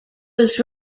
was